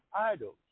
idols